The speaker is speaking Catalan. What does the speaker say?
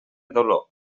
dolor